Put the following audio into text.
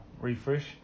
refresh